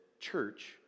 church